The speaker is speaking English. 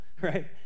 right